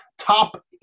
Top